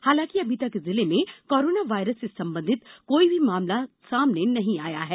हालांकि अभी तक जिले में कोराना वायरस से संबंधित कोई भी मामला सामने नहीं आया है